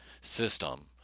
system